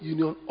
Union